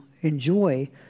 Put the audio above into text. enjoy